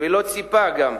ולא ציפה גם,